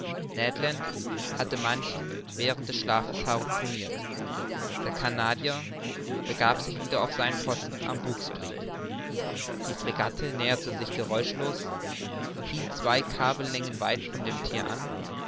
hatte manchen während des schlafs harpuniert der canadier begab sich wieder auf seinen posten am bugspriet die fregatte näherte sich geräuschlos hielt zwei kabellängen weit von dem thier an